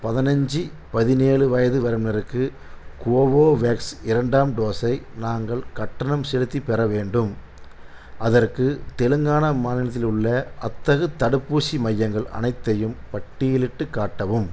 பதினைஞ்சி பதினேழு வயது வரம்பினருக்கு கோவோவேக்ஸ் இரண்டாம் டோஸை நாங்கள் கட்டணம் செலுத்தி பெற வேண்டும் அதற்கு தெலுங்கானா மாநிலத்தில் உள்ள அத்தகு தடுப்பூசி மையங்கள் அனைத்தையும் பட்டியலிட்டுக் காட்டவும்